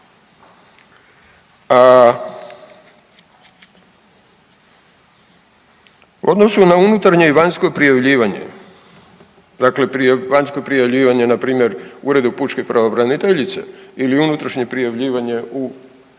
U odnosu na unutarnje i vanjsko prijavljivanje dakle vanjsko prijavljivanje npr. Uredu pučke pravobraniteljice ili unutrašnje prijavljivanje u